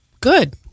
good